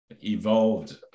evolved